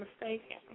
mistaken